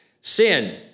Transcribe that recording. Sin